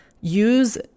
use